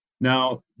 Now